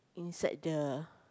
inside the